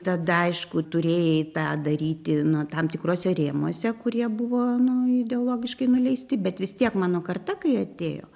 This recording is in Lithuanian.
tada aišku turėjai tą daryti nu tam tikruose rėmuose kurie buvo nu ideologiškai nuleisti bet vis tiek mano karta kai atėjo